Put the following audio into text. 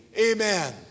Amen